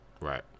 Right